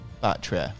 battery